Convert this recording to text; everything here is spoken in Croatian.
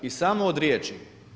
I samo od riječi.